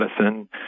medicine